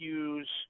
use